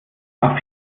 nach